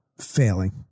failing